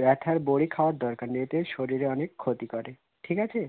ব্যাথার বড়ি খাওয়ার দরকার নেই এতে শরীরে অনেক ক্ষতি করে ঠিক আছে